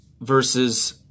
versus